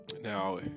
now